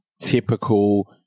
typical